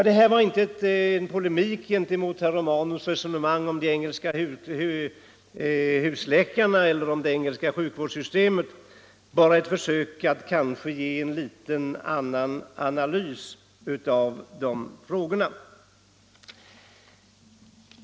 Detta var inte någon polemik mot herr Romanus resonemang om de engelska husläkarna och det engelska sjukvårdssystemet, utan bara ett försök att ge en något annan analys av förhållandena.